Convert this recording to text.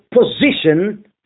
position